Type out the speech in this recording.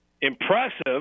impressive